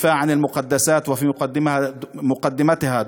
והגנה על נכסי צאן ברזל, ובראשם הפנינה שבכתר,